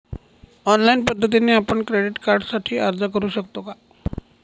Online पद्धतीने आपण credit कार्डसाठी अर्ज करु शकतो का?